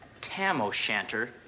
Tam-O-Shanter